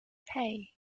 hey